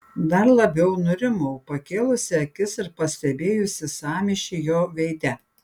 dar labiau nurimau pakėlusi akis ir pastebėjusi sąmyšį jo veide